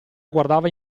guardava